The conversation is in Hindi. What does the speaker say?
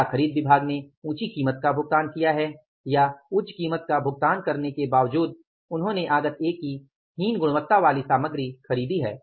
क्या खरीद विभाग ने ऊँची कीमत का भुगतान किया है या उच्च कीमत का भुगतान करने के बावजूद उन्होंने आगत ए की हीन गुणवत्ता वाली सामग्री खरीदी है